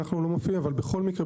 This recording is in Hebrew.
אבל בכל מקרה,